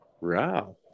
Wow